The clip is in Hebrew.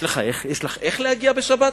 יש לך איך להגיע בשבת?